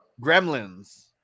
Gremlins